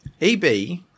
EB